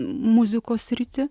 muzikos sritį